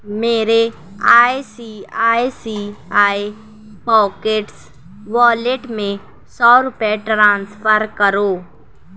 میرے I C I C I pockets wallet میں سو روپے ٹرانسفر کرو